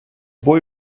boy